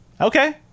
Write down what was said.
Okay